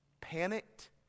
panicked